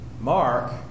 Mark